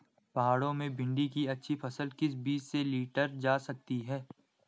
पहाड़ों में भिन्डी की अच्छी फसल किस बीज से लीटर जा सकती है?